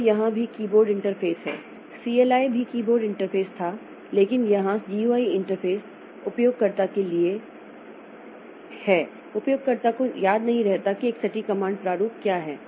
तो यहाँ भी कीबोर्ड इंटरफ़ेस है CLI भी कीबोर्ड इंटरफ़ेस वहाँ था लेकिन यहाँ GUI इंटरफ़ेस उपयोगकर्ता के लिए उपयोगकर्ता को याद नहीं रहता कि एक सटीक कमांड प्रारूप क्या है